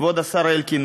כבוד השר אלקין,